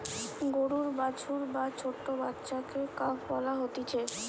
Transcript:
গরুর বাছুর বা ছোট্ট বাচ্চাকে কাফ বলা হতিছে